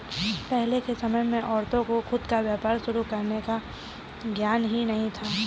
पहले के समय में औरतों को खुद का व्यापार शुरू करने का ज्ञान ही नहीं था